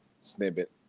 snippet